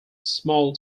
small